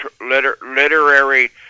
literary